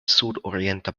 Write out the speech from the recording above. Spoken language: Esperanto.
sudorienta